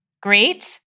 Great